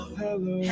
hello